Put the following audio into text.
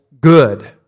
good